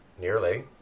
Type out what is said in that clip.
nearly